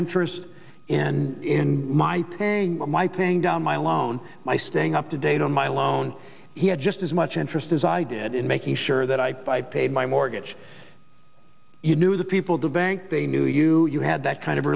interest in my painting my paying down my loan my staying up to date on my loan he had just as much interest as i did in making sure that i paid my mortgage you knew the people to bank they knew you you had that kind of